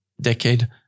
decade